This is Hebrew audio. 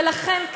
ולכן,